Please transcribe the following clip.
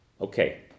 Okay